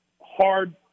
hard